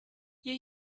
you